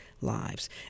lives